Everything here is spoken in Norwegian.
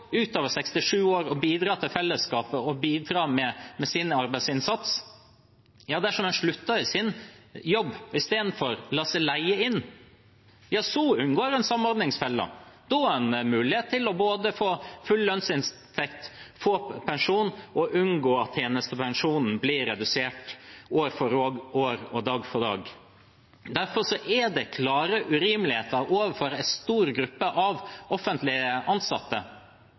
bidra til fellesskapet og bidra med sin arbeidsinnsats, slutter i sin jobb og lar seg leie inn, unngår en samordningsfella. Da har en mulighet til både å få full lønnsinntekt, få pensjon og unngå at tjenestepensjonen blir redusert år for år og dag for dag. Derfor er det klart urimelig overfor en stor gruppe offentlig ansatte,